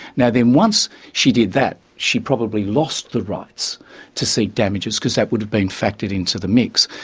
now then, once she did that, she probably lost the rights to seek damages, because that would've been factored into the mix,